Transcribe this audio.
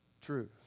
truth